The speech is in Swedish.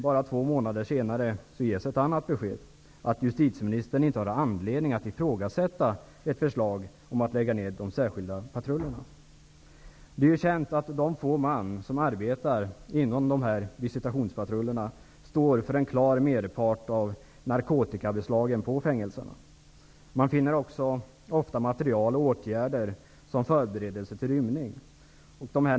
Bara två månader senare ges nu ett annat besked, nämligen att justitieministern inte har anledning att ifrågasätta ett förslag om att lägga ner de särskilda patrullerna. Det är känt att de få som arbetar inom dessa visitationspatruller står för en klar merpart av narkotikabeslagen på fängelserna. Man finner också ofta material och åtgärder för förberedelse till rymmning.